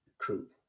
true